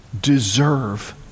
deserve